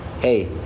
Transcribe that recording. hey